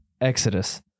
Exodus